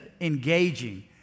engaging